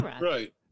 Right